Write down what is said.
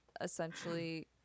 Essentially